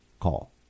call